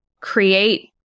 create